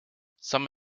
some